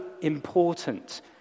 important